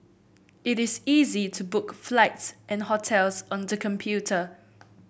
it is easy to book flights and hotels on the computer